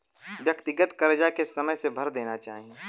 व्यक्तिगत करजा के समय से भर देना चाही